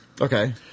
Okay